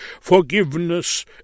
forgiveness